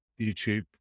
YouTube